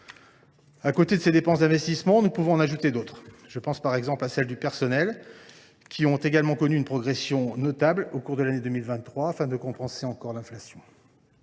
À côté de ces dépenses d’investissement, nous pouvons en ajouter d’autres. Je pense, par exemple, à celles de personnel, qui ont également connu une progression notable au cours de l’année 2023 afin de compenser, là encore, l’inflation.